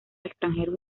extranjeros